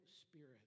spirit